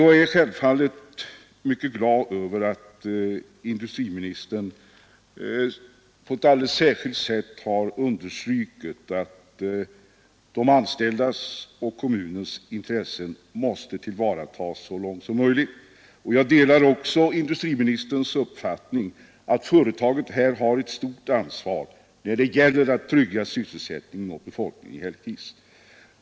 Jag är självfallet mycket glad över att industriministern på ett alldeles särskilt sätt har understrukit att de anställdas och kommunens intressen måste tillvaratas så långt som möjligt. Jag delar också hans uppfattning att företaget har ett stort ansvar när det gäller att trygga sysselsättningen åt befolkningen i Hällekis.